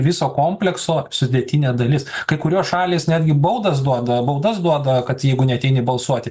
viso komplekso sudėtinė dalis kai kurios šalys netgi baudas duoda baudas duoda kad jeigu neateini balsuoti